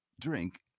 Drink